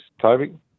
Toby